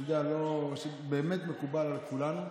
שבאמת מקובל על כולנו.